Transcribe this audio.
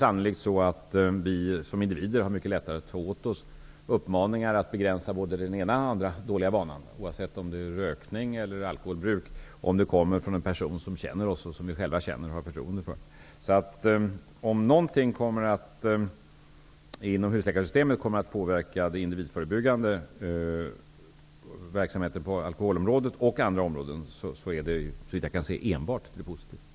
Sannolikt har vi som individer mycket lättare att ta till oss uppmaningar om att begränsa en eller annan dålig vana, oavsett om det gäller rökning eller alkoholbruk, om uppmaningarna kommer från en person som känner oss och som vi själva känner och har förtroende för. Om något inom husläkarsystemet påverkar den för individen förebyggande verksamheten på bl.a. alkoholområdet är det, såvitt jag förstår, enbart fråga om en positiv påverkan.